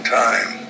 time